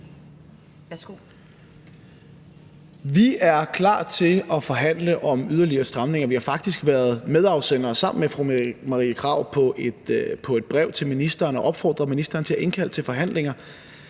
Vi er klar til at forhandle om yderligere stramninger. Vi har faktisk været medafsendere sammen med fru Marie Krarup på et brev til ministeren og opfordret ministeren til at indkalde til forhandlinger,